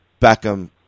Beckham